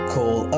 Call